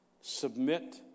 Submit